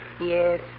Yes